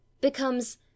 becomes